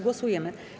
Głosujemy.